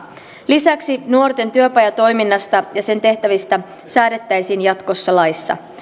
lisäksi nuorten työpajatoiminnasta ja sen tehtävistä säädettäisiin jatkossa laissa